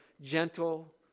gentle